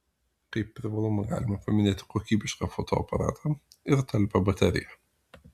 kaip privalumą galima paminėti kokybišką fotoaparatą ir talpią bateriją